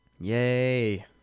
Yay